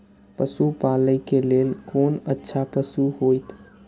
पशु पालै के लेल कोन अच्छा पशु होयत?